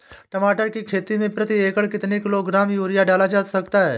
टमाटर की खेती में प्रति एकड़ कितनी किलो ग्राम यूरिया डाला जा सकता है?